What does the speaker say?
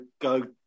go